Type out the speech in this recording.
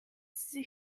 sie